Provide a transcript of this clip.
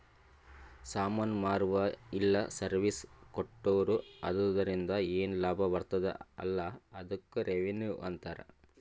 ಸಾಮಾನ್ ಮಾರುರ ಇಲ್ಲ ಸರ್ವೀಸ್ ಕೊಟ್ಟೂರು ಅದುರಿಂದ ಏನ್ ಲಾಭ ಬರ್ತುದ ಅಲಾ ಅದ್ದುಕ್ ರೆವೆನ್ಯೂ ಅಂತಾರ